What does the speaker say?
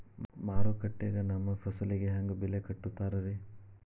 ಮಾರುಕಟ್ಟೆ ಗ ನಮ್ಮ ಫಸಲಿಗೆ ಹೆಂಗ್ ಬೆಲೆ ಕಟ್ಟುತ್ತಾರ ರಿ?